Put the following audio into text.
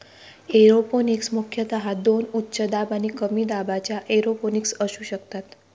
aeroponics मुख्यतः दोन उच्च दाब आणि कमी दाबाच्या एरोपोनिक्स असू शकतात